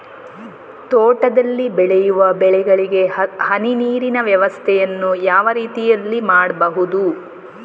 ತೋಟದಲ್ಲಿ ಬೆಳೆಯುವ ಬೆಳೆಗಳಿಗೆ ಹನಿ ನೀರಿನ ವ್ಯವಸ್ಥೆಯನ್ನು ಯಾವ ರೀತಿಯಲ್ಲಿ ಮಾಡ್ಬಹುದು?